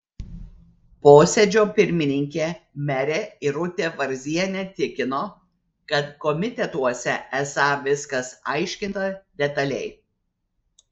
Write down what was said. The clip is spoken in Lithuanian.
posėdžio pirmininkė merė irutė varzienė tikino kad komitetuose esą viskas aiškinta detaliai